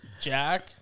Jack